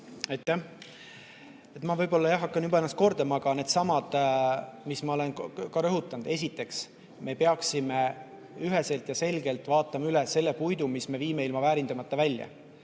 Ma võib-olla hakkan juba ennast kordama, aga needsamad asjad, mida ma olen juba rõhutanud. Esiteks, me peaksime üheselt ja selgelt vaatama üle selle puidu, mis me viime ilma väärindamata välja.